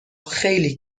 خیلی